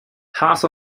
hearts